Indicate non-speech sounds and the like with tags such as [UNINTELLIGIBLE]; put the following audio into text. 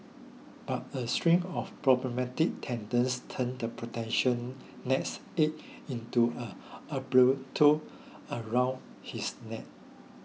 but a string of problematic tenants turned the potential nest egg into an [UNINTELLIGIBLE] around his neck